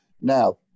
Now